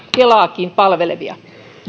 kelaakin palvelevia